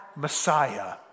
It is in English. Messiah